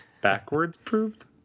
Backwards-proved